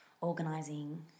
organising